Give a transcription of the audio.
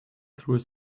through